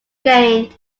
gained